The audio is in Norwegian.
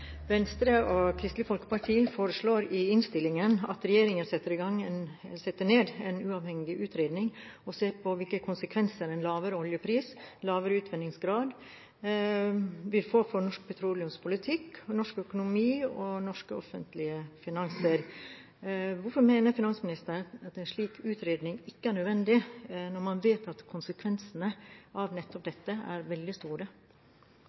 innstillingen at regjeringen setter i gang en uavhengig utredning og ser på hvilke konsekvenser en lavere oljepris og lavere utvinningsgrad vil få for norsk petroleumspolitikk, norsk økonomi og norske offentlige finanser. Hvorfor mener finansministeren at en slik utredning ikke er nødvendig, når man vet at konsekvensene av nettopp dette er veldig store?